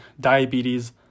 diabetes